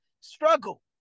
struggle